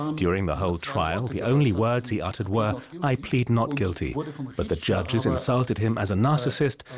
um during the whole trial, the only words he uttered were i plead not guilty. but the judges insulted him as a narcissist,